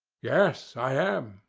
yes i am,